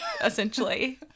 essentially